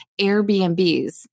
Airbnbs